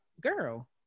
girl